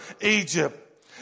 Egypt